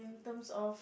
terms of